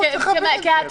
אני לא מצליח להבין את זה.